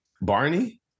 Barney